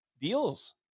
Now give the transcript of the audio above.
deals